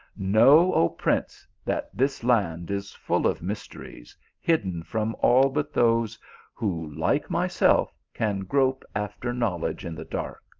know, o prince, that this land is full of mysteries, hidden from all but those who, like myself, can grope after knowledge in the dark.